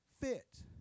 fit